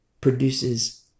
produces